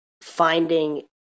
finding